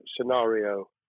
scenario